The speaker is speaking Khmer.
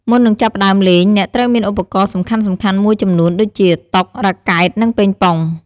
មុននឹងចាប់ផ្ដើមលេង អ្នកត្រូវមានឧបករណ៍សំខាន់ៗមួយចំនួនដូចជា តុ រ៉ាកែត និងប៉េងប៉ុង។